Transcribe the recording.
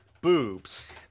Boobs